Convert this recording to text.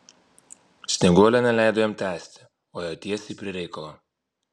snieguolė neleido jam tęsti o ėjo tiesiai prie reikalo